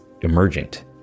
emergent